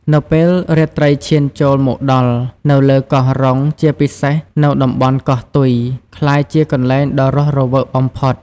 នៅពេលរាត្រីឈានចូលមកដល់ នៅលើកោះរ៉ុង ជាពិសេសនៅតំបន់ កោះទុយ ក្លាយជាកន្លែងដ៏រស់រវើកបំផុត។